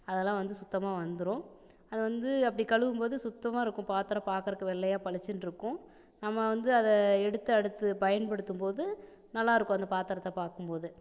அதெல்லாம் வந்து சுத்தமாக வந்துடும் அது வந்து அப்படி கழுவும்போது சுத்தமாக இருக்கும் பாத்திரம் பார்க்கறக்கு வெள்ளையாக பளிச்சின்னு இருக்கும் நம்ம வந்து அதை எடுத்து அடுத்து பயன்படுத்தும்போது நல்லாயிருக்கும் அந்த பாத்தரத்தை பார்க்கும்போது